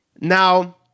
Now